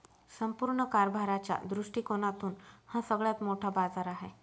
संपूर्ण कारभाराच्या दृष्टिकोनातून हा सगळ्यात मोठा बाजार आहे